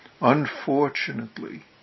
Unfortunately